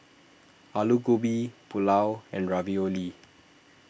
Alu Gobi Pulao and Ravioli